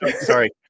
Sorry